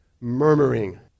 murmuring